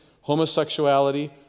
homosexuality